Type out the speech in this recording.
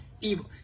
evil